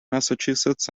massachusetts